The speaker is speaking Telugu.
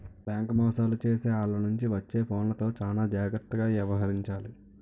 బేంకు మోసాలు చేసే ఆల్ల నుంచి వచ్చే ఫోన్లతో చానా జాగర్తగా యవహరించాలి